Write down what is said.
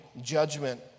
judgment